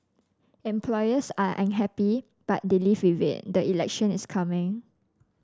employers are unhappy but they live with it the election is coming